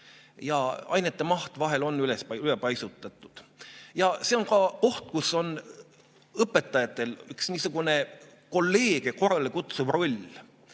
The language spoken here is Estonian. Ainete maht on vahel ülepaisutatud ja see on ka oht, kus on õpetajatel üks niisugune kolleege korrale kutsuv roll.